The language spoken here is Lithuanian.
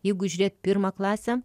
jeigu žiūrėt pirmą klasę